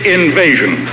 invasion